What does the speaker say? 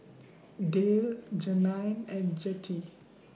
Dale Jeannine and Jettie